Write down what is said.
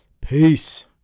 peace